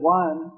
one